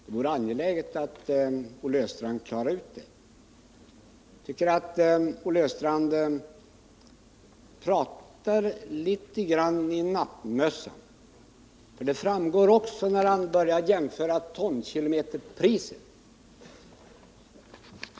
Det vore angeläget att Olle Östrand klarade ut det. Jag tycker att Olle Östrand pratar litet grand i nattmössan. Det framgår också när han börjar göra jämförelser i fråga om tonkilometerpriset.